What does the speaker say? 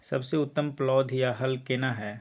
सबसे उत्तम पलौघ या हल केना हय?